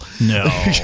No